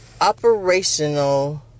operational